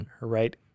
right